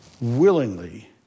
willingly